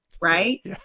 right